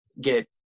get